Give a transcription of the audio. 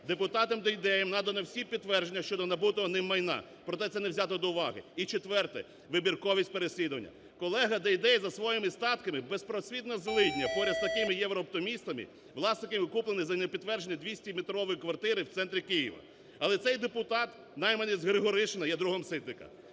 Депутатом Дейдеєм надано всі підтвердження щодо набутого ним майно, про те, це не взято до уваги. І, четверте. Вибірковість переслідування. Колега Дейдей за своїми статками безпросвітній злидень поряд з такими єврооптимістами власниками купленими за не підтвердженими 200 метрові квартири в центрі Києва. Але цей депутат, найманець Григоришина, є другом Ситника,